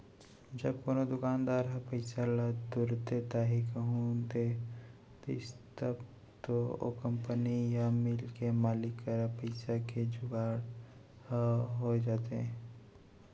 जब कोनो दुकानदार ह पइसा ल तुरते ताही कहूँ दे दिस तब तो ओ कंपनी या मील के मालिक करा पइसा के जुगाड़ ह हो जाथे